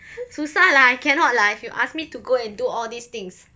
susah lah I cannot lah if you ask me to go and do all these things